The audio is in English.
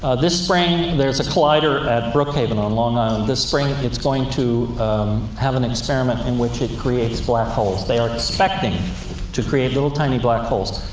this spring there's a collider at brookhaven, on long island ah this spring, it's going to have an experiment in which it creates black holes. they are expecting to create little, tiny black holes.